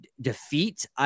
defeat